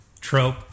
trope